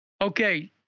Okay